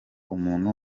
umuntu